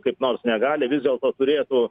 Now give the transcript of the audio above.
kaip nors negali vis dėlto turėtų